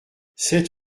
sept